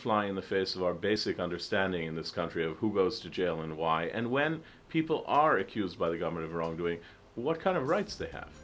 fly in the face of our basic understanding in this country of who goes to jail and why and when people are accused by the government of wrongdoing what kind of rights